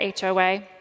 HOA